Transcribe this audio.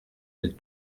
elles